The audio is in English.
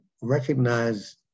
recognize